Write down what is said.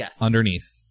underneath